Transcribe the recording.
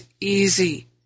easy